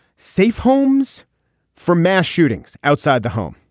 safe homes for mass shootings outside the home.